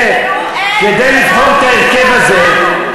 כדי לבחור את ההרכב הזה,